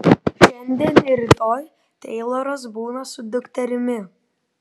šiandien ir rytoj teiloras būna su dukterimi